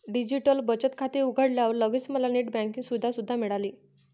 digital बचत खाते उघडल्यावर लगेच मला नेट बँकिंग सुविधा सुद्धा मिळाली